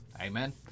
Amen